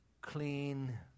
clean